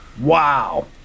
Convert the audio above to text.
Wow